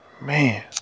Man